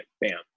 Bam